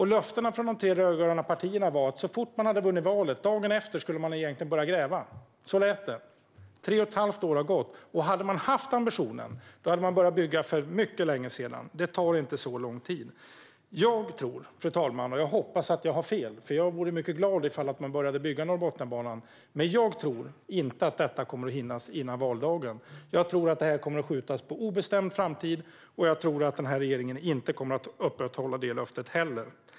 Löftena från de tre rödgröna partierna var att så fort man hade vunnit valet, dagen efter, skulle man börja gräva. Så lät det. Tre och ett halvt år har gått, och hade man haft ambitionen hade man börjat bygga för mycket länge sedan. Det tar inte så lång tid. Jag hoppas att jag har fel, fru talman, för jag vore mycket glad om man började bygga Norrbotniabanan. Men jag tror inte att det kommer att hinnas med före valdagen. Jag tror att det kommer att skjutas på obestämd framtid, och jag tror att den här regeringen inte kommer att hålla det löftet heller.